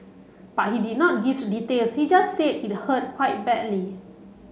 but he did not gives details he just said it hurt quite badly